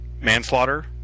manslaughter